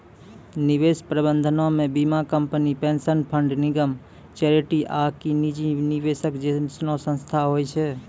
निवेश प्रबंधनो मे बीमा कंपनी, पेंशन फंड, निगम, चैरिटी आकि निजी निवेशक जैसनो संस्थान होय छै